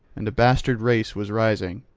and a bastard race was rising.